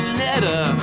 letter